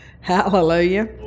Hallelujah